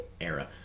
era